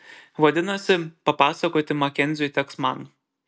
vadinasi papasakoti makenziui teks man